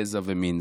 גזע ומין.